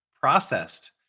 processed